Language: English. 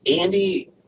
Andy